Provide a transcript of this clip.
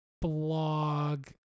blog